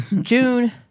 June